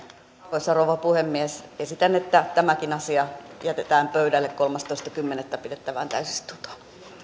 arvoisa rouva puhemies esitän että tämäkin asia jätetään pöydälle kolmastoista kymmenettä pidettävään täysistuntoon